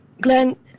Glenn